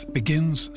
begins